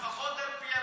לפחות על פי הפרסומים.